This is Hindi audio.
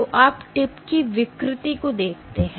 तो आप टिप की विकृति को देखते है